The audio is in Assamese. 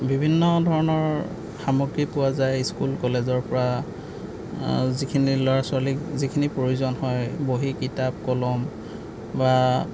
বিভিন্নধৰণৰ সামগ্ৰী পোৱা যায় স্কুল কলেজৰপৰা যিখিনি ল'ৰা ছোৱালীক যিখিনি প্ৰয়োজন হয় বহী কিতাপ কলম বা